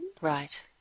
Right